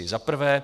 Zaprvé.